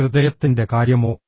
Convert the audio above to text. ഹൃദയത്തിൻറെ കാര്യമോ